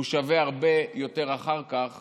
הוא שווה הרבה יותר אחר כך